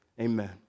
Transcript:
Amen